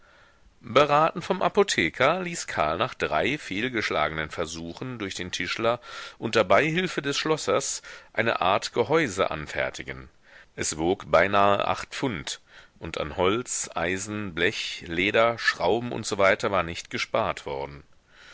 beraten vom apotheker ließ karl nach drei fehlgeschlagenen versuchen durch den tischler unter beihilfe des schlossers eine art gehäuse anfertigen es wog beinahe acht pfund und an holz eisen blech leder schrauben usw war nicht gespart worden